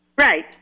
Right